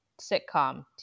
sitcom